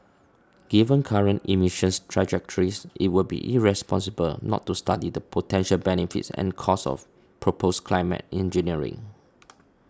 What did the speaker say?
given current emissions trajectories it would be irresponsible not to study the potential benefits and costs of proposed climate engineering